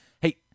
Hey